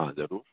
हा ज़रूरु